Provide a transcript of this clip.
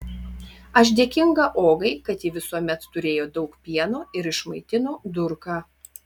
aš dėkinga ogai kad ji visuomet turėjo daug pieno ir išmaitino durką